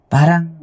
Parang